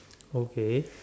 okay